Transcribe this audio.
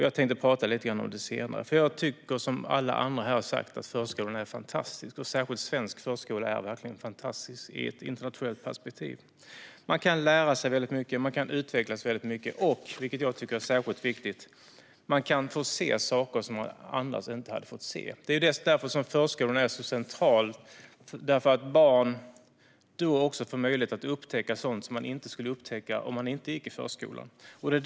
Jag tänkte tala lite grann om det senare, för jag tycker, som alla andra här har sagt, att förskolan är fantastisk. Särskilt svensk förskola är verkligen fantastisk i ett internationellt perspektiv. Man kan lära sig väldigt mycket, man kan utvecklas väldigt mycket och, vilket jag tycker är särskilt viktigt, man kan få se saker som man annars inte hade fått se. Det är därför som förskolan är så central. Barn får möjlighet att upptäcka sådant som de inte skulle upptäcka om de inte gick i förskolan.